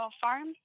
Farm